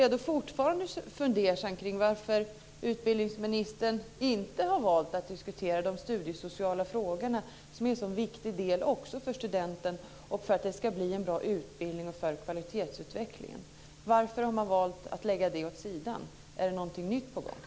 Jag är fortfarande fundersam kring varför utbildningsministern inte har valt att diskutera de studiesociala frågorna, som är en så viktig del för studenten och för att det ska bli en bra utbildning och kvalitetsutveckling. Varför har man valt att lägga det åt sidan? Är det någonting nytt på gång?